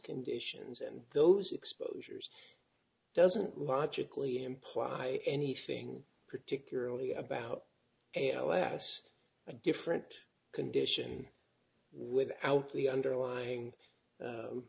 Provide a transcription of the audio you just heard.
condition ns and those exposures doesn't logically imply anything particularly about a o s and different condition without the underlying